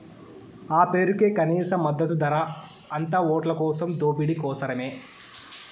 ఆ పేరుకే కనీస మద్దతు ధర, అంతా ఓట్లకోసం దోపిడీ కోసరమే